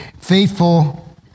faithful